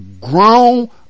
grown